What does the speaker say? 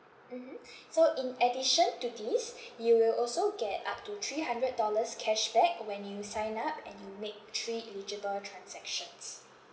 mmhmm so in addition to this you will also get up to three hundred dollars cashback when you sign up and you make three eligible transactions